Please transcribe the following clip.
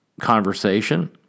conversation